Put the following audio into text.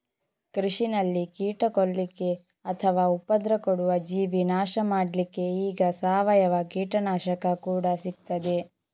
ಕೃಷಿನಲ್ಲಿ ಕೀಟ ಕೊಲ್ಲಿಕ್ಕೆ ಅಥವಾ ಉಪದ್ರ ಕೊಡುವ ಜೀವಿ ನಾಶ ಮಾಡ್ಲಿಕ್ಕೆ ಈಗ ಸಾವಯವ ಕೀಟನಾಶಕ ಕೂಡಾ ಸಿಗ್ತದೆ